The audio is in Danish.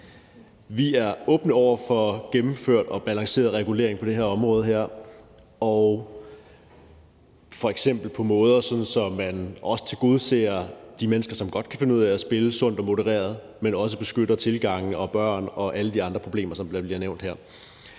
Vi er åbne over for gennemført og balanceret regulering på det her område, f.eks. på måder, hvor man også tilgodeser de mennesker, som godt kan finde ud af at spille sundt og modereret, men også beskytter børn og gør noget ved alle de andre problemer, som bliver nævnt her.